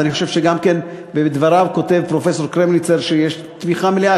ואני חושב שגם פרופסור קרמניצר כותב בדבריו שיש תמיכה מלאה.